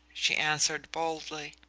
she answered boldly.